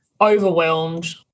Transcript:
overwhelmed